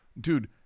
dude